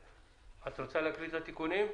את רוצה להקריא את התיקונים?